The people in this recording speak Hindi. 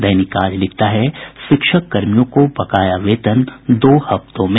दैनिक आज लिखता है शिक्षक कर्मियों को बकाया वेतन दो हफ्तों में